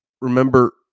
remember